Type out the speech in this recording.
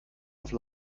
nicht